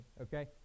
okay